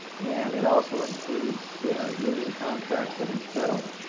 and it also includes the union contracts that have settled,